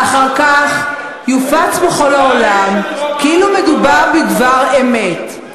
אחר כך יופץ בכל העולם כאילו מדובר בדבר אמת.